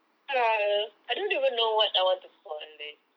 uh I don't even know what I want to call it